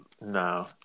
No